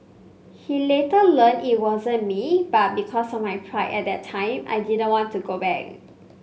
he later learned it wasn't me but because of my pride at that time I didn't want to go back